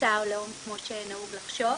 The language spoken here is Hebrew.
מוצא או לאום, כמו שנהוג לחשוב,